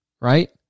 right